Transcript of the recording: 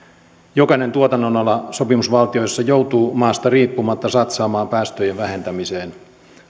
jokainen tuotannonala sopimusvaltioissa joutuu maasta riippumatta satsaamaan päästöjen vähentämiseen